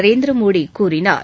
நரேந்திரமோடி கூறினார்